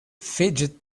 fidgeted